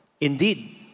Indeed